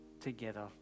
together